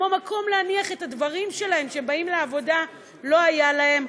כמו מקום להניח את הדברים שלהם כשהם באים לעבודה לא היו להם,